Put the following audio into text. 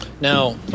Now